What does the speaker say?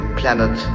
planet